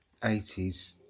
80s